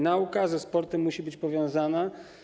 Nauka ze sportem musi być powiązana.